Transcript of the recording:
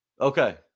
okay